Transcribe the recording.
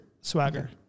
swagger